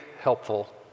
helpful